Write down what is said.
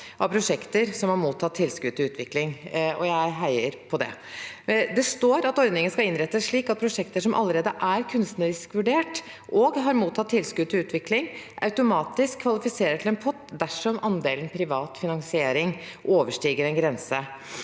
av prosjekter som har mottatt tilskudd til utvikling – og jeg heier på det. Det står at ordningen skal innrettes slik at prosjekter som allerede er kunstnerisk vurdert og har mottatt tilskudd til utvikling, automatisk kvalifiserer til en pott dersom andelen privat finansering overstiger en grense.